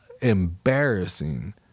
embarrassing